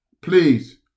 Please